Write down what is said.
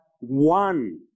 one